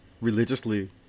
religiously